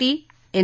T N